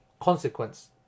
consequence